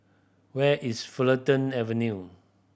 where is Fulton Avenue